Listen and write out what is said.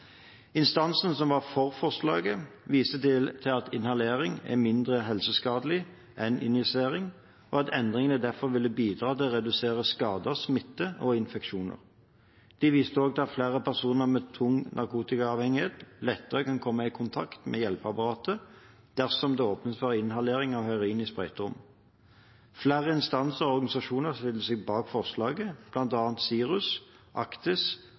som var for forslaget, viste til at inhalering er mindre helseskadelig enn injisering, og at endringene derfor ville bidra til å redusere skader, smitte og infeksjoner. De viste også til at flere personer med tung narkotikaavhengighet lettere kan komme i kontakt med hjelpeapparatet dersom det åpnes for inhalering av heroin i sprøyterom. Flere instanser og organisasjoner stilte seg bak forslaget, bl.a. SIRUS,